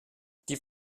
die